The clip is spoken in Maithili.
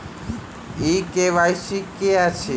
ई के.वाई.सी की अछि?